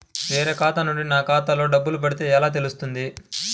వేరే ఖాతా నుండి నా ఖాతాలో డబ్బులు పడితే ఎలా తెలుస్తుంది?